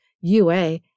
UA